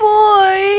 boy